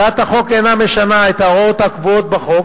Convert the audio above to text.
הצעת החוק אינה משנה את ההוראות הקבועות בחוק